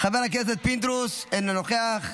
חבר הכנסת פינדרוס, אינו נוכח,